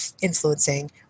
influencing